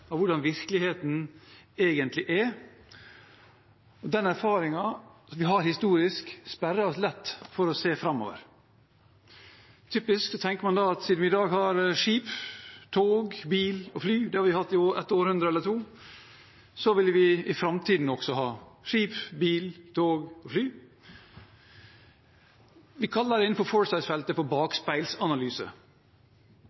hvordan virkeligheten egentlig er. Den erfaringen vi har historisk, sperrer oss lett fra å se framover. Typisk tenker man da at siden vi i dag har skip, tog, bil og fly – det har vi hatt i et århundre eller to – vil vi i framtiden også ha skip, bil, tog og fly. Vi kaller det innenfor «foresight»-feltet for bakspeilsanalyse. Det gjør at vi lett blir blind for